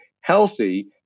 healthy